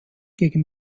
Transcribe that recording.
gegen